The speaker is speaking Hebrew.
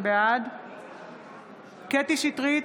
בעד קטי קטרין שטרית,